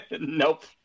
nope